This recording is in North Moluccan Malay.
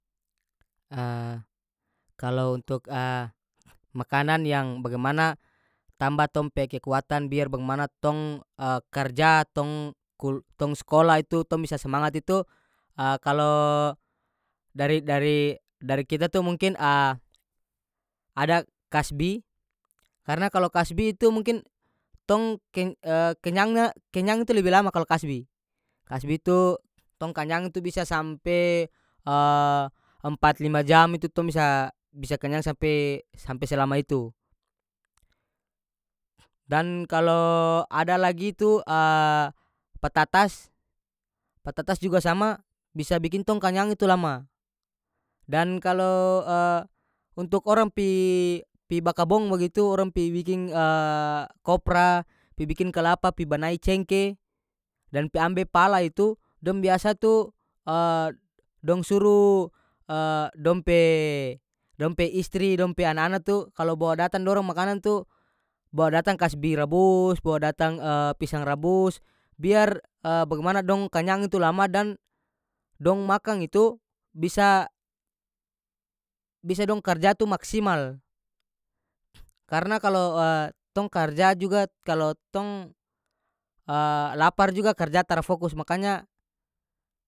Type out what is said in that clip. kalo untuk makanan yang bagimana tamba tong pe kekuatan biar bagimana tong karja tong kul tong skolah itu tong bisa semangat itu kalo dari dari- dari kita tu mungkin ada kasbi karena kalo kasbi itu mungkin tong keny kenyangnya- kenyang itu lebi lama kalo kasbi,, kasbi itu tong kanyang tu bisa sampe empat lima jam itu tong bisa- bisa kenyang sampe- sampe selama itu dan kalo ada lagi tu patatas- patatas juga sama bisa bikin tong kanyang itu lama dan kalo untuk orang pi- pi bakabong bagitu orang pi biking kopra pi bikin kalapa pi banai cengke dan pi ambe pala itu dong biasa tu dong suru dong pe- dong pe istri dong pe ana-ana tu kalo bawa datang dorang makanan tu bawa datang kasbi rabus bawa datang pisang rabus biar bagimana dong kanyang itu lama dan dong makang itu bisa- bisa dong karja tu maksimal karena kalo tong karja juga kalo tong lapar juga karja tara fokus makanya.